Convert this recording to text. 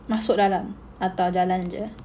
masuk dalam atau jalan je